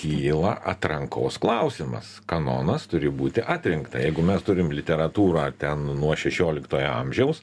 kyla atrankos klausimas kanonas turi būti atrinkta jeigu mes turim literatūrą ten nuo šešioliktojo amžiaus